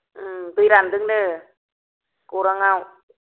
दै रानदोंनो गौराङाव